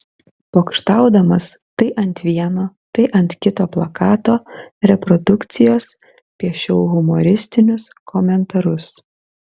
pokštaudamas tai ant vieno tai ant kito plakato reprodukcijos piešiau humoristinius komentarus